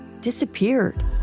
disappeared